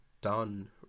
Done